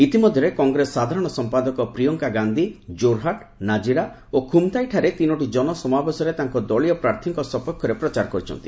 ଇତିମଧ୍ୟରେ କଂଗ୍ରେସ ସାଧାରଣ ସମ୍ପାଦକ ପ୍ରିୟଙ୍କା ଗାନ୍ଧୀ ଜୋରହାଟ୍ ନାଳିରା ଓ ଖୁମ୍ତାଇଠାରେ ତିନୋଟି କନସମାବେଶରେ ତାଙ୍କ ଦଳୀୟ ପ୍ରାର୍ଥୀଙ୍କ ସପକ୍ଷରେ ପ୍ରଚାର କରିଛନ୍ତି